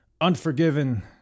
Unforgiven